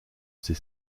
ces